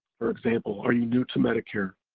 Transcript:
for example, are you new to medicare,